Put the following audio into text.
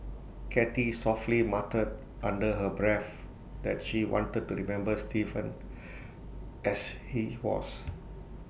cathy softly muttered under her breath that she wanted to remember Stephen as he was